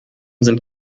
sind